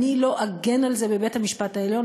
אני לא אגן על זה בבית-המשפט העליון.